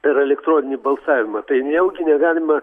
tai yra elektroninį balsavimą tai nejaugi negalima